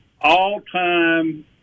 all-time